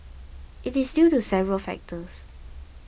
it is due to several factors